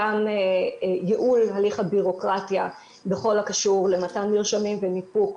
גם ייעול הליך הבירוקרטיה בכל הקשור למתן מרשמים וניפוק